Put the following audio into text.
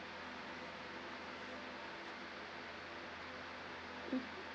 mm